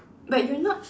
like you're not